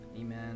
Amen